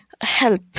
Help